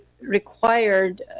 required